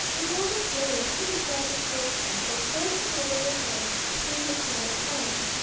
a moment later he and the traveling salesman were forging their way ahead through the crowded aisle.